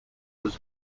was